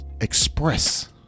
express